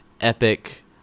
epic